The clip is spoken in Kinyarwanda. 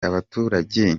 abaturage